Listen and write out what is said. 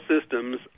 systems